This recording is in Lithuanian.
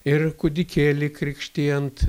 ir kūdikėlį krikštijant